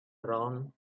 around